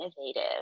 innovative